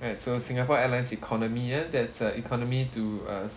alright so Singapore Airlines economy ah and that's uh economy to uh